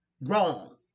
wrong